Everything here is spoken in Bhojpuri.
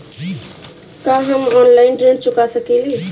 का हम ऑनलाइन ऋण चुका सके ली?